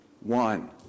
one